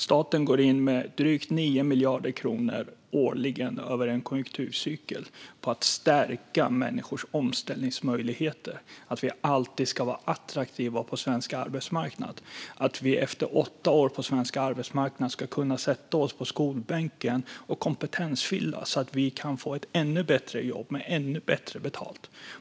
Staten går in med drygt 9 miljarder kronor årligen över en konjunkturcykel för att stärka människors omställningsmöjligheter så att vi alltid ska vara attraktiva på svensk arbetsmarknad, så att vi efter åtta år på svensk arbetsmarknad ska kunna sätta oss i skolbänken och kompetensfyllas så att vi kan få ett ännu bättre jobb med ännu bättre betalt.